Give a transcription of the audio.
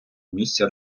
місця